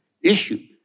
issue